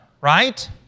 right